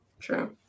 true